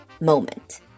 moment